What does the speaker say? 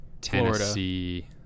tennessee